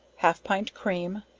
half pint cream,